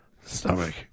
stomach